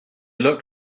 looked